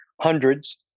hundreds